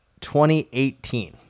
2018